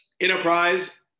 Enterprise